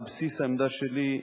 על בסיס העמדה שלי,